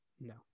No